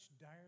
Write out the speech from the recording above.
dire